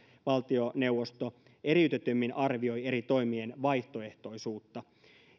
valtioneuvosto eriytetymmin arvioi eri toimien vaihtoehtoisuutta